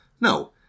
No